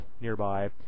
nearby